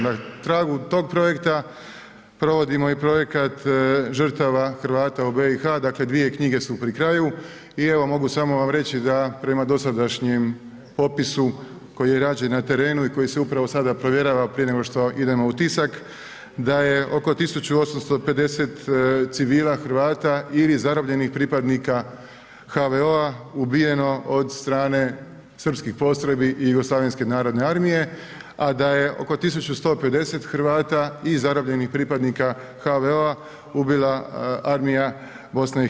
Na tragu tog projekta provodimo i Projekat Žrtava Hrvata u BiH, dakle dvije knjige su pri kraju i evo mogu samo vam reći da prema dosadašnjem popisu koji je rađen na terenu i koji se upravo sada provjerava prije nego što idemo u tisak, da je oko 1.850 civila Hrvata ili zarobljenih pripadnika HVO-a ubijeno od strane srpskih postrojbi i JNA, a da je oko 1.150 Hrvata i zarobljenih pripadnika HVO-a ubila armija BiH.